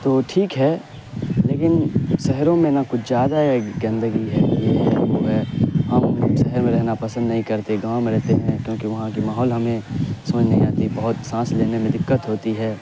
تو ٹھیک ہے لیکن شہروں میں نا کچھ زیادہ ہی گندگی ہے یہ ہے وہ ہے ہم شہر میں رہنا پسند نہیں کرتے گاؤں میں رہتے ہیں کیونکہ وہاں کی ماحول ہمیں سمجھ نہیں آتی بہت سانس لینے میں دقت ہوتی ہے